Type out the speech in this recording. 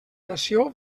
nació